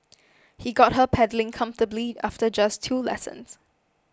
he got her pedalling comfortably after just two lessons